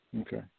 Okay